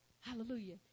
Hallelujah